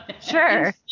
Sure